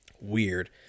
Weird